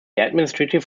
administrative